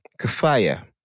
kafaya